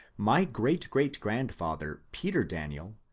my great-great-grandfather, peter daniel,